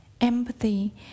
empathy